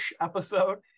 episode